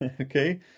okay